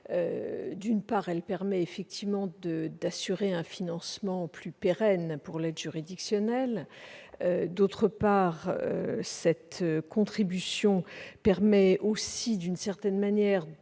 D'une part, elle permet d'assurer un financement plus pérenne de l'aide juridictionnelle. D'autre part, cette contribution constitue, d'une certaine manière,